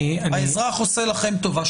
כך שהאזרח הוא זה שעושה לכם טובה.